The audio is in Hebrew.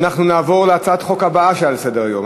אנחנו נעבור להצעת החוק הבאה שעל סדר-היום: